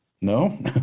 No